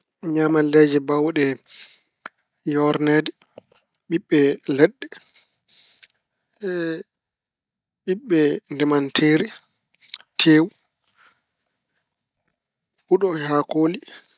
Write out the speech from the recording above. Ñaamalleeji baawɗe yoorneede: ɓiɓɓe leɗɗe, ɓiɓɓe ndemanteeri, tewu, huɗo e haakooli.